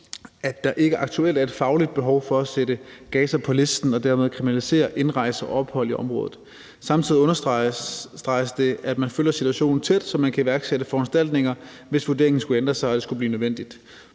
at der ikke aktuelt er et fagligt behov for at sætte Gaza på listen og dermed kriminalisere indrejse og ophold i området. Samtidig understreges det, at man følger situationen tæt, så man kan iværksætte foranstaltninger, hvis vurderingen skulle ændre sig og det skulle blive nødvendigt.